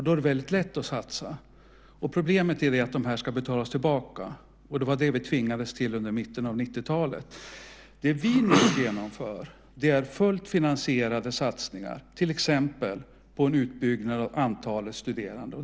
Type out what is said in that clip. Då är det väldigt lätt att satsa. Problemet är att pengarna ska betalas tillbaka, och det var det vi tvingades till under mitten av 90-talet. Det vi nu genomför är fullt finansierade satsningar, till exempel på en utbyggnad av antalet studerande.